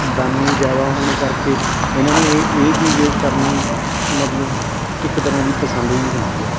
ਦਾਨੀ ਜ਼ਿਆਦਾ ਹੋਣ ਕਰਕੇ ਇਨ੍ਹਾਂ ਨੂੰ ਇਹ ਚੀਜ਼ ਕਰਨੀ ਮਤਲਬ ਇੱਕ ਤਰ੍ਹਾਂ ਦੀ ਪਸੰਦ ਦੀ ਹੁੰਦੀ ਹੈ